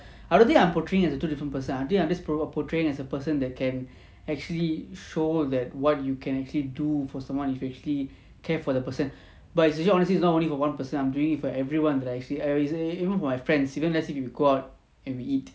I don't think I'm portraying as a two different person I think I'm just portraying as a person that can actually show that what you can actually do for someone you actually care for the person but it's usually honestly it's not only for one person I'm doing it for everyone that I actually err even my friends even let's say if we go out and we eat